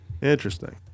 Interesting